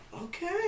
Okay